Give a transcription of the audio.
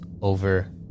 over